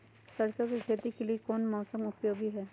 सरसो की खेती के लिए कौन सा मौसम उपयोगी है?